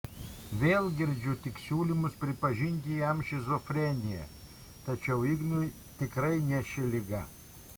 vėl girdžiu tik siūlymus pripažinti jam šizofreniją tačiau ignui tikrai ne ši liga